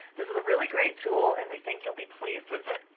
this is a really great tool, and we think you'll be pleased with it.